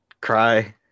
cry